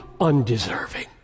undeserving